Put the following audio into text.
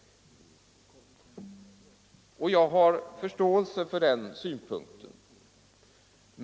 Jag har förståelse för den synpunkten.